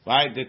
Right